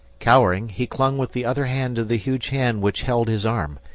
cowering, he clung with the other hand to the huge hand which held his arm,